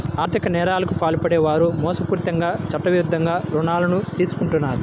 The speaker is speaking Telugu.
ఆర్ధిక నేరాలకు పాల్పడే వారు మోసపూరితంగా చట్టవిరుద్ధంగా రుణాలు తీసుకుంటారు